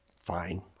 fine